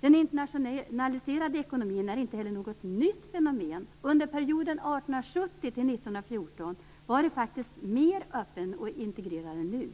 Den internationaliserade ekonomin är inte heller något nytt fenomen. Under perioden 1870-1914 var den faktiskt mer öppen och integrerad än nu.